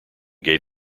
gave